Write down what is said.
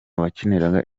wakiniraga